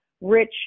rich